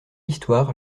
histoire